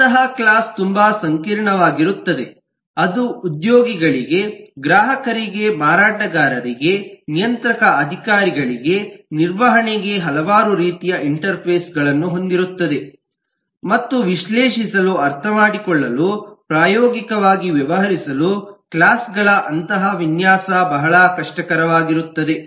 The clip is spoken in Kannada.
ಅಂತಹ ಕ್ಲಾಸ್ ತುಂಬಾ ಸಂಕೀರ್ಣವಾಗಿರುತ್ತದೆ ಅದು ಉದ್ಯೋಗಿಗಳಿಗೆ ಗ್ರಾಹಕರಿಗೆ ಮಾರಾಟಗಾರರಿಗೆ ನಿಯಂತ್ರಕ ಅಧಿಕಾರಿಗಳಿಗೆ ನಿರ್ವಹಣೆಗೆ ಹಲವಾರು ರೀತಿಯ ಇಂಟರ್ಫೇಸ್ಗಳನ್ನು ಹೊಂದಿರುತ್ತದೆ ಮತ್ತು ವಿಶ್ಲೇಷಿಸಲು ಅರ್ಥಮಾಡಿಕೊಳ್ಳಲು ಪ್ರಾಯೋಗಿಕವಾಗಿ ವ್ಯವಹರಿಸಲು ಕ್ಲಾಸ್ ಗಳ ಅಂತಹ ವಿನ್ಯಾಸ ಬಹಳ ಕಷ್ಟಕರವಾಗುತ್ತದೆ